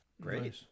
Great